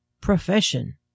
profession